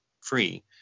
free